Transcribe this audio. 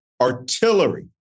artillery